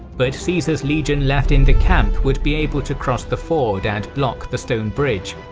but caesar's legion left in the camp would be able to cross the ford and block the stone bridge,